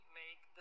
make